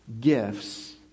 gifts